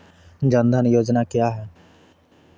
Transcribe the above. जन धन योजना क्या है?